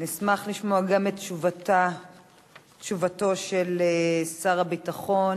נשמח לשמוע מפיך גם את תשובתו של שר הביטחון